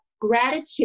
gratitude